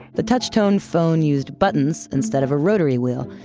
the touch tone phone used buttons, instead of a rotary wheel.